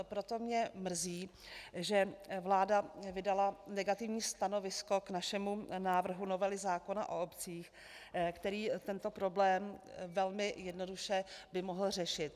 Proto mě mrzí, že vláda vydala negativní stanovisko k našemu návrhu novely zákona o obcích, který by tento problém velmi jednoduše mohl řešit.